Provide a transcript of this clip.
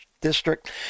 district